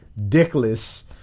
dickless